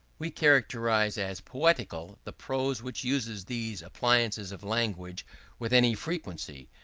we characterize as poetical the prose which uses these appliances of language with any frequency,